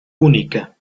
única